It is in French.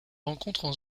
rencontrent